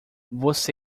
você